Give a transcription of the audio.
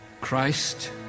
Christ